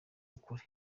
ukuri